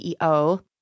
CEO